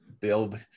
build